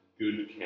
good